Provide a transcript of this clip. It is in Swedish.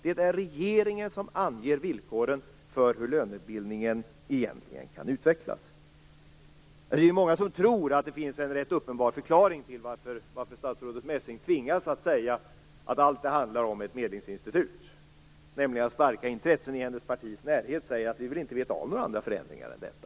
Det är regeringen som anger villkoren för hur lönebildningen egentligen kan utvecklas. Det är många som tror att det finns en uppenbar förklaring till att statsrådet Messing säger att ett medlingsinstitut är allt det handlar om, nämligen att starka intressen i hennes partis närhet säger att man inte vill veta av några andra förändringar än denna.